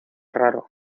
raro